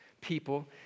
people